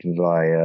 via